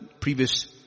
previous